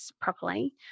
properly